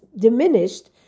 diminished